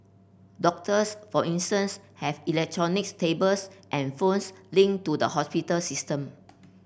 doctors for instance have electronic tablets and phones linked to the hospital system